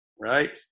right